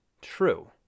true